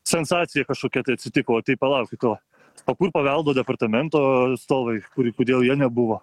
sensacija kažkokia tai atsitiko o tai palaukit pala o kur paveldo departamento atstovai kodėl jie nebuvo